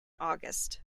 august